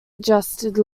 adjusted